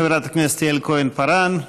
חברת הכנסת יעל כהן-פארן.